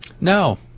No